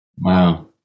Wow